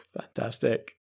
fantastic